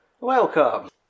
Welcome